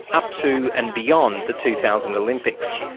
up to and beyond the two thousand olympics.